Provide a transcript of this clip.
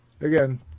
Again